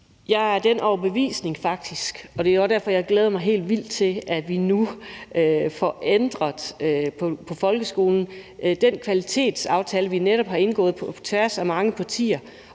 af den overbevisning – og det er også derfor, jeg glæder mig helt vildt til, at vi nu får ændret på folkeskolen – at den kvalitetsaftale, vi netop har indgået på tværs af mange partier